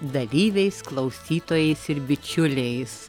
dalyviais klausytojais ir bičiuliais